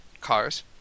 cars